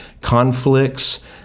conflicts